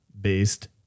based